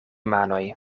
manoj